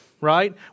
right